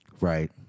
Right